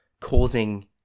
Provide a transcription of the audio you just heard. causing